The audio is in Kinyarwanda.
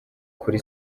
kuri